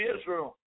Israel